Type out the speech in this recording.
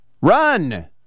run